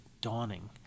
dawning